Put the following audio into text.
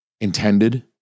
intended